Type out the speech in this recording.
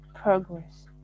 Progress